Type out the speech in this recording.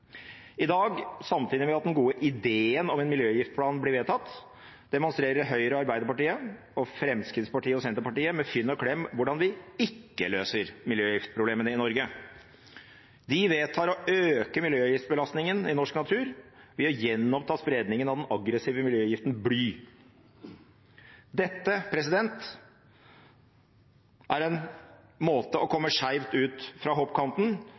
I dag, samtidig med at den gode ideen om en miljøgiftplan blir vedtatt, demonstrerer Høyre, Arbeiderpartiet, Fremskrittspartiet og Senterpartiet med fynd og klem hvordan vi ikke løser miljøgiftproblemene i Norge. De vedtar å øke miljøgiftbelastningen i norsk natur ved å gjenoppta spredningen av den aggressive miljøgiften bly. Dette er en måte å komme skeivt ut fra